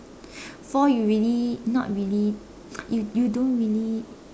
four you really not really you you don't really